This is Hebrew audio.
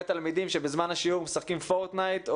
תלמידים שבזמן השיעור משחקים פורטנייט.